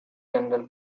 general